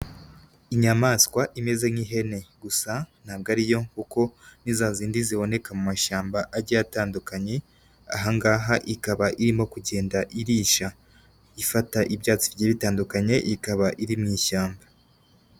Inyamaswa imeze nk'ihene, gusa ntabwo ari yo kuko ni zazindi ziboneka mu mashyamba agiye atandukanye, aha ngaha ikaba irimo kugenda irisha, ifata ibyatsi bigiye bitandukanye, ikaba iri mu ishyamba.